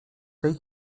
tej